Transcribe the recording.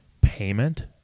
payment